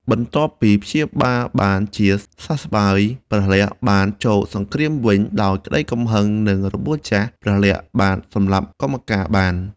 បន្ទាប់ពីព្យាបាលបានជាសះស្បើយ ព្រះលក្សណ៍បានចូលសង្គ្រាមវិញ ដោយក្តីកំហឹងនៃរបួសចាស់ ព្រះលក្សណ៍បានសម្លាប់កុម្ភកាណ៍បាន។